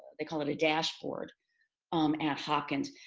they call it a dashboard um at hawkins,